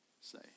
say